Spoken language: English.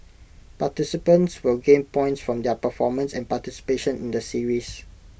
participants will gain points from their performance and participation in the series